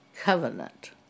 covenant